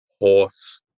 horse